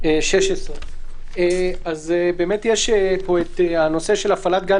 עמוד 16. יש כאן את הנושא של הפעלת גן